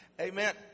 Amen